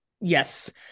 yes